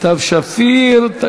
סתיו שפיר.